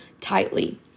tightly